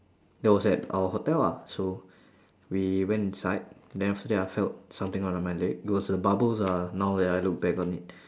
that was at our hotel ah so we went inside then after that I felt something on uh my leg it was the bubbles ah now that I look back on it